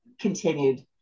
continued